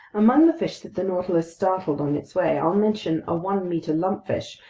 among the fish that the nautilus startled on its way, i'll mention a one-meter lumpfish,